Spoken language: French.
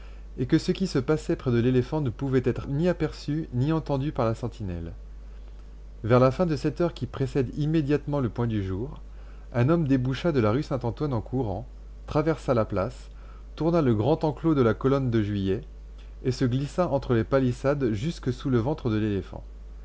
et que ce qui se passait près de l'éléphant ne pouvait être ni aperçu ni entendu par la sentinelle vers la fin de cette heure qui précède immédiatement le point du jour un homme déboucha de la rue saint-antoine en courant traversa la place tourna le grand enclos de la colonne de juillet et se glissa entre les palissades jusque sous le ventre de l'éléphant